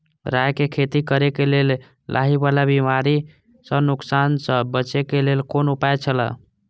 राय के खेती करे के लेल लाहि वाला बिमारी स नुकसान स बचे के लेल कोन उपाय छला?